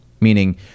Meaning